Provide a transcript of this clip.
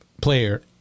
player